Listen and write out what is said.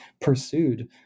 pursued